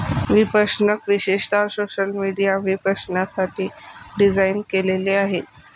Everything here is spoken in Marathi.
विपणक विशेषतः सोशल मीडिया विपणनासाठी डिझाइन केलेले आहेत